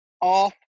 off